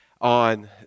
on